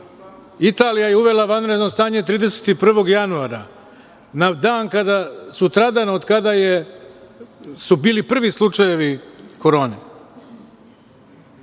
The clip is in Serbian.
Italija je uvela vanredno stanje 31. januara na dan kada, sutradan, od kada su bili prvi slučajevi korone. Drugo,